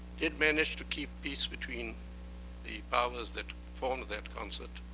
did manage to keep peace between the powers that formed that concert,